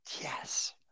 Yes